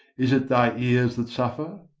is it thy ears that suffer,